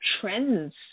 trends